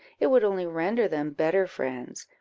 it would only render them better friends.